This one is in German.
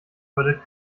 würdet